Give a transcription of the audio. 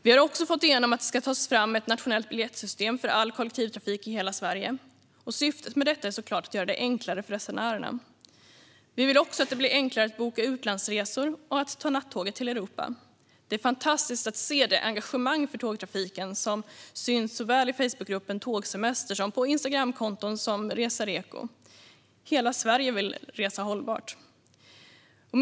Vi har också fått igenom att det ska tas fram ett nationellt biljettsystem för all kollektivtrafik i hela Sverige. Syftet med detta är såklart att göra det enklare för resenärerna. Vi vill även att det ska bli enklare att boka utlandsresor och att ta nattåget till Europa. Det är fantastiskt att se det engagemang för tågtrafiken som syns såväl i Facebookgruppen Tågsemester som på Instagramkonton som Resareko. Hela Sverige vill resa hållbart.